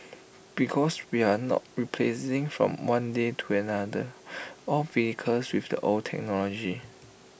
because we are not replacing from one day to another all vehicles with the old technology